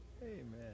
amen